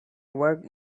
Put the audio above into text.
work